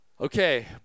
Okay